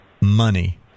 money